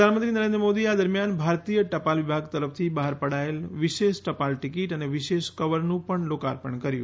પ્રધાનમંત્રી નરેન્દ્ર મોદીએ આ દરમિયાન ભારતીય ટપાલ વિભાગ તરફથી બહાર પડાયેલ વિશેષ ટપાલ ટીકીટ અને વિશેષ કવરનું પણ લોકાર્પણ કર્યું